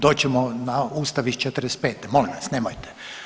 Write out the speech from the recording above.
Doći ćemo na Ustav iz '45., molim vas, nemojte.